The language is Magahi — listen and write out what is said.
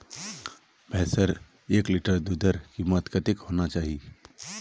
भैंसेर एक लीटर दूधेर कीमत कतेक होना चही?